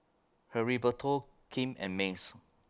Heriberto Kim and Mace